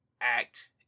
Act